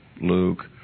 Luke